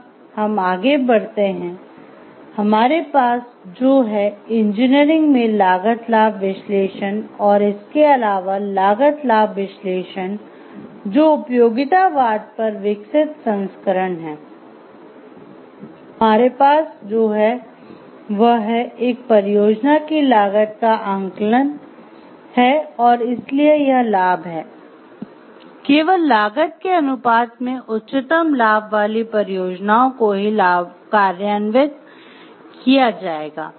अब हम आगे बढ़ते हैं हमारे पास जो है इंजीनियरिंग में "लागत लाभ विश्लेषण" किया जाएगा